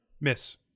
Miss